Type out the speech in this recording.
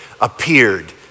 appeared